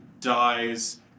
dies